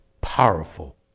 powerful